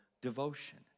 devotion